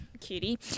cutie